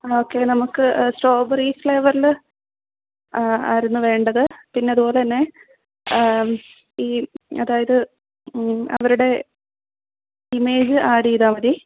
okay നമുക്ക് strawberry ഫ്ലേവറിൽ ആയിരുന്നു വേണ്ടത് പിന്നെ അതുപോലെ തന്നെ ഈ അതായത് അവരുടെ ഇമേജ് ആഡ് ചെയ്താൽ മതി